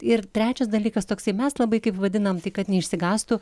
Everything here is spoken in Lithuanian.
ir trečias dalykas toksai mes labai kaip vadinam tai kad neišsigąstų